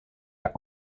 der